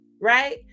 right